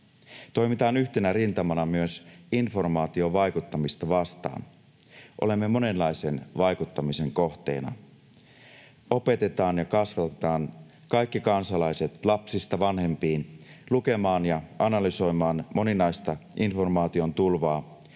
Toimitaan yhtenä rintamana myös informaatiovaikuttamista vastaan — olemme monenlaisen vaikuttamisen kohteena. Opetetaan ja kasvatetaan kaikki kansalaiset lapsista vanhempiin lukemaan ja analysoimaan moninaista informaation tulvaa,